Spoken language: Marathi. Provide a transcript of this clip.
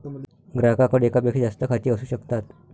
ग्राहकाकडे एकापेक्षा जास्त खाती असू शकतात